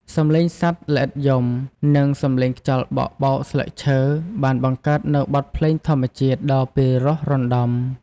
សំឡេងសត្វល្អិតយប់ និងសំឡេងខ្យល់បក់បោកស្លឹកឈើ បានបង្កើតនូវបទភ្លេងធម្មជាតិដ៏ពិរោះរណ្តំ។